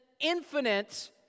infinite